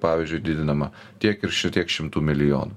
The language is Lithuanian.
pavyzdžiui didinama tiek ir šitiek šimtų milijonų